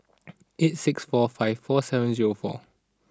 eight six four five four seven zero four